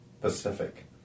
pacific